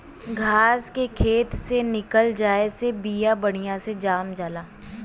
घास के खेत से निकल जाये से बिया बढ़िया से जाम जाला